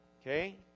Okay